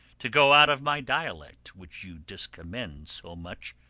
to go out of my dialect, which you discommend so much.